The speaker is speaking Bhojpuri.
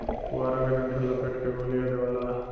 पुआरा के डंठल लपेट के गोलिया देवला